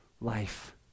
life